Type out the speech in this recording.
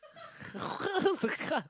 what